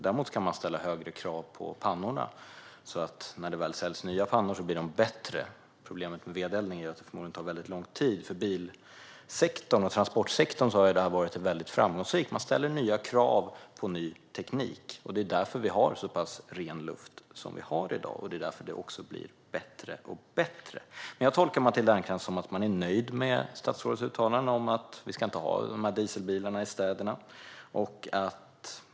Däremot kan man ställa högre krav på pannorna. När det väl säljs nya pannor ska de vara bättre än de gamla. Problemet med vedeldning är att det förmodligen tar väldigt lång tid. För bilsektorn och transportsektorn har detta varit framgångsrikt. Man ställer krav på ny teknik, och det är därför som vi har så pass ren luft som vi har. Det är också därför som det blir bättre och bättre. Jag tolkar Matilda Ernkrans så att man är nöjd med statsrådets uttalande om att det inte ska vara några dieselbilar i städerna.